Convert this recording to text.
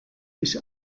ich